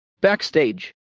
Backstage